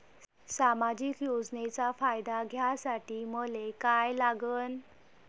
सामाजिक योजनेचा फायदा घ्यासाठी मले काय लागन?